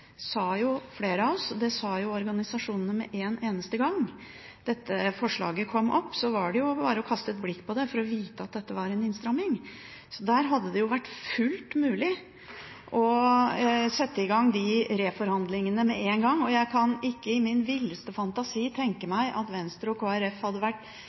sa jo flere av oss. Det sa jo organisasjonene med en eneste gang. Da dette forslaget kom opp, var det jo bare å kaste et blikk på det for å vite at dette var en innstramming. Så det hadde jo vært fullt mulig å sette i gang reforhandlingene med en gang. Jeg kan ikke i min villeste fantasi tenke meg at Venstre og Kristelig Folkeparti hadde